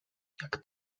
jak